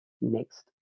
next